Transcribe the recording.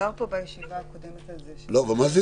דובר פה בישיבה הקודמת על זה שהיא תתכנס.